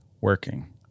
working